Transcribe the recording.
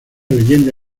leyenda